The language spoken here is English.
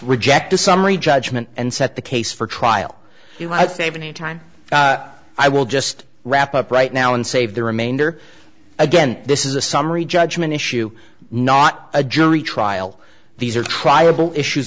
reject a summary judgment and set the case for trial you might save any time i will just wrap up right now and save the remainder again this is a summary judgment issue not a jury trial these are triable issues